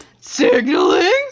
Signaling